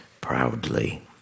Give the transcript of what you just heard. proudly